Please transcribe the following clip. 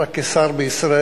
רק כשר בישראל,